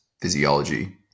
physiology